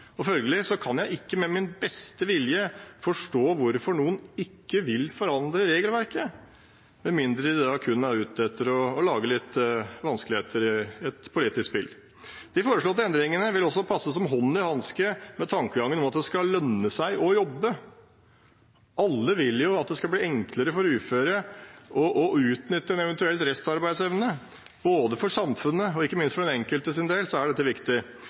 synes. Følgelig kan jeg ikke med min beste vilje forstå hvorfor noen ikke vil forandre regelverket – med mindre de kun er ute etter å lage litt vanskeligheter i et politisk spill. De foreslåtte endringene vil også passe som hånd i hanske med tankegangen om at det skal lønne seg å jobbe. Alle vil jo at det skal bli enklere for uføre å utnytte en eventuell restarbeidsevne. For samfunnet og ikke minst for den enkeltes del er dette viktig.